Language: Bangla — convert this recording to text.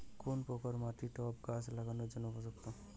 কোন প্রকার মাটি টবে গাছ লাগানোর জন্য উপযুক্ত?